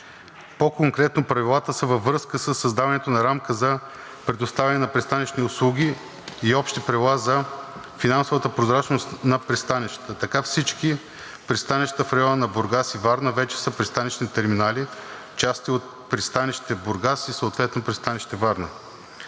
По-конкретно правилата са във връзка със създаването на рамка за предоставяне на пристанищни услуги и общи правила за финансовата прозрачност на пристанищата. Така всички пристанища в района на Бургас и Варна вече са пристанищни терминали, части от Пристанище Бургас и съответно Пристанище Варна.